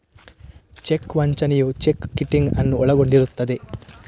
check ವಂಚನೆಯು cheque kiting ಅನ್ನು ಒಳಗೊಂಡಿರುತ್ತದೆ